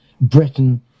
Britain